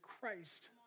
Christ